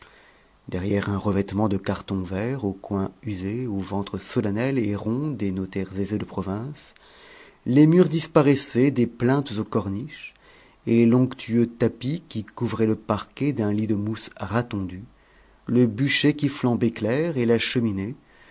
derrière un revêtement de cartons verts aux coins usés aux ventres solennels et ronds des notaires aisés de province les murs disparaissaient des plinthes aux corniches et l'onctueux tapis qui couvrait le parquet d'un lit de mousse ras tondue le bûcher qui flambait clair et la cheminée